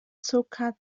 zucker